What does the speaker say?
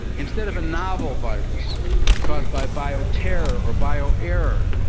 instead of a novel virus caused by bio-terror or bio-error,